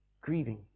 grieving